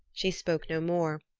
she spoke no more,